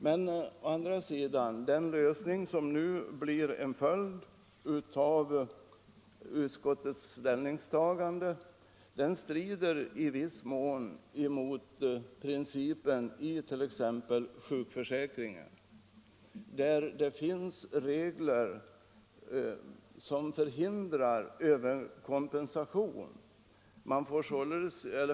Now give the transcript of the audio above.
Men å andra sidan: Den lösning som nu blir en följd av utskottets ställningstagande strider i viss mån mot principen i t.ex. lagen om sjukförsäkring, där det finns regler som förhindrar överkompensation.